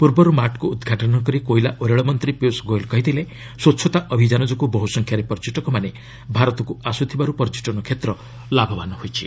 ପ୍ରର୍ବର୍ ମାର୍ଟକୁ ଉଦ୍ଘାଟନ କରି କୋଇଲା ଓ ରେଳମନ୍ତ୍ରୀ ପିୟୁଷ୍ ଗୋୟଲ କହିଥିଲେ ସ୍ୱଚ୍ଛତା ଅଭିଯାନ ଯୋଗୁଁ ବହୁସଂଖ୍ୟାରେ ପର୍ଯ୍ୟଟକମାନେ ଭାରତକୁ ଆସ୍ୱଥିବାର୍ ପର୍ଯ୍ୟଟନ କ୍ଷେତ୍ର ଲାଭବାନ୍ ହୋଇଛି